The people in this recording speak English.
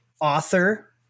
Author